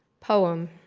poem